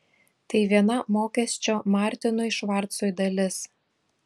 tai viena mokesčio martinui švarcui dalis